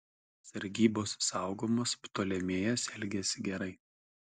sargybos saugomas ptolemėjas elgėsi gerai